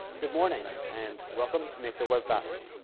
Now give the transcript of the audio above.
good morning, and welcome to make the web faster.